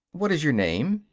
what is your name?